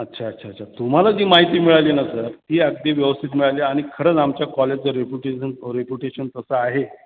अच्छा अच्छा अच्छा तुम्हाला जी माहिती मिळाली ना सर ती अगदी व्यवस्थित मिळाली आणि खरंच आमच्या कॉलेजच रेपुटेशन रेपुटेशन तसं आहे